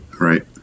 right